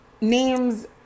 names